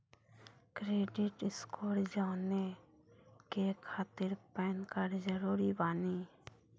Credit score जाने के खातिर पैन कार्ड जरूरी बानी?